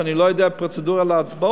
אני לא יודע את הפרוצדורה של ההצבעות,